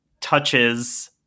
touches